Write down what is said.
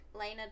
Lena